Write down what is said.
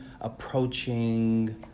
approaching